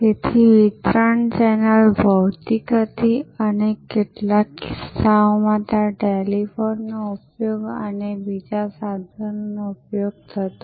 તેથી વિતરણ ચેનલ ભૌતિક હતી અને કેટલાક કિસ્સાઓમાં ત્યાં ટેલિફોનનો ઉપયોગ અને અન્ય બીજા સાધનોનો ઉપયોગ થતો